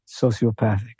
Sociopathic